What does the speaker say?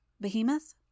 Behemoth